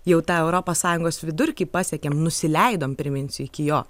jau tą europos sąjungos vidurkį pasiekėm nusileidom priminsiu iki jo